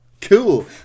Cool